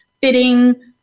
fitting –